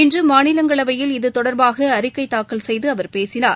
இன்று மாநிலங்களையில் இது தொடர்பாக அறிக்கை தூக்கல் செய்து அவர் பேசினார்